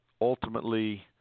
ultimately